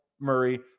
Murray